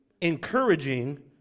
encouraging